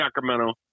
sacramento